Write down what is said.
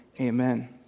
Amen